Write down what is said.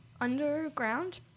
Underground